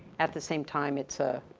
at the same time it's a,